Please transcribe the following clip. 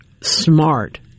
smart